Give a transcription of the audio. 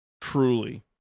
truly